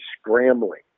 scrambling